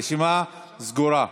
הרשימה סגורה.